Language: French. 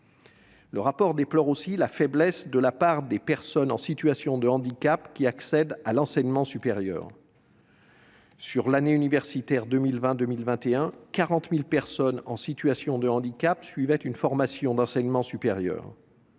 Le Comité déplore aussi la faiblesse de la part des personnes en situation de handicap qui accèdent à l'enseignement supérieur. Au cours de l'année universitaire 2020-2021, 40 000 personnes en situation de handicap suivaient une formation d'enseignement supérieur